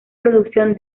producción